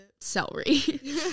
celery